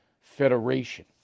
Federation